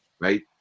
right